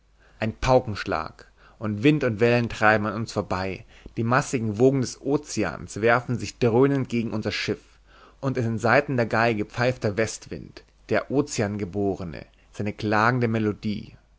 ein paukenschlag und wind und wellen treiben an uns vorbei die massigen wogen des ozeans werfen sich dröhnend gegen unser schiff und in den saiten der geige pfeift der westwind der ozeangeborene seine klagende melodie